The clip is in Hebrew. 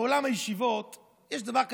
בעולם הישיבות יש דבר כזה,